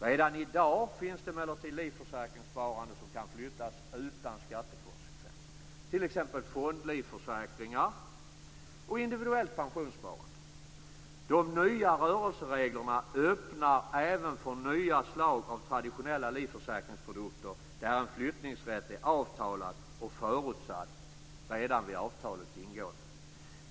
Redan i dag finns det emellertid livförsäkringssparande som kan flyttas utan skattekonsekvenser, t.ex. fondlivförsäkringar och individuellt pensionssparande. De nya rörelsereglerna öppnar även för nya slag av traditionella livförsäkringsprodukter där en flyttningsrätt är avtalad och förutsatt redan vid avtalets ingående.